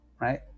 right